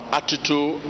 attitude